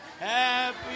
Happy